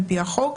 על פי החוק,